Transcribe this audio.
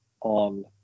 on